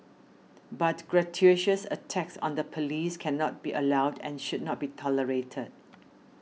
but gratuitous attacks on the police cannot be allowed and should not be tolerated